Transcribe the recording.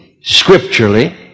scripturally